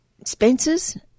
expenses